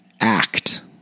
act